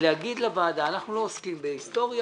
להגיד לוועדה אנחנו לא עוסקים בהיסטוריה